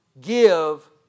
give